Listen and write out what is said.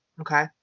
okay